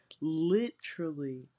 literally-